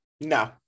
No